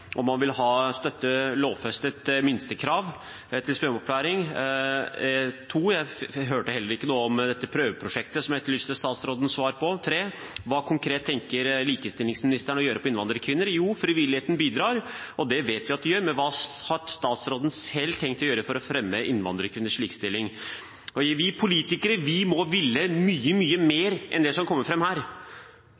om man vil støtte lovfestet minstekrav til svømmeopplæring. Jeg hørte heller ikke noe om dette prøveprosjektet som jeg etterlyste statsrådens svar på. Hva konkret tenker likestillingsministeren å gjøre for innvandrerkvinner? Jo, frivilligheten bidrar, det vet vi at de gjør, men hva har statsråden selv tenkt å gjøre for å fremme innvandrerkvinners likestilling? Vi politikere må ville mye, mye